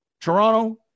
Toronto